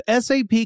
SAP